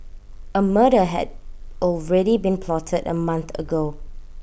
A murder had already been plotted A month ago